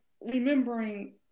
remembering